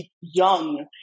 young